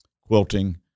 quilting